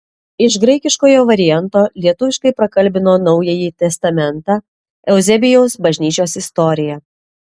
iš graikiškojo varianto lietuviškai prakalbino naująjį testamentą euzebijaus bažnyčios istoriją